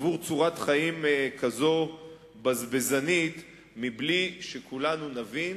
עבור צורת חיים בזבזנית כזאת בלי שכולנו נבין